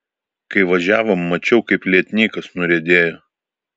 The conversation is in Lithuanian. kai važiavom mačiau kaip lietnykas nuriedėjo